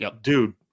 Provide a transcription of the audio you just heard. Dude